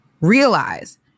realize